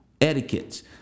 etiquettes